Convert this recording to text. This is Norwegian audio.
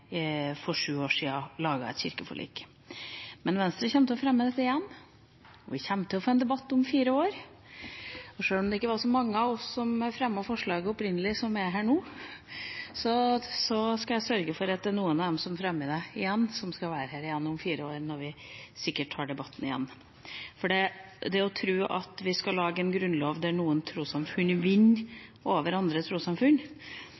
for sju år siden laget et kirkeforlik. Men Venstre kommer til å fremme dette igjen, og vi kommer til å få en debatt om fire år. Og sjøl om det ikke er så mange av oss som fremmet forslaget opprinnelig, som er her nå, skal jeg sørge for at noen av dem som fremmer det igjen, skal være her igjen om fire år, når vi sikkert har debatten igjen. Det å tro at vi skal lage en grunnlov der noen trossamfunn vinner over andre trossamfunn,